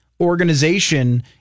organization